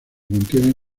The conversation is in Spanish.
contiene